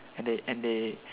and they and they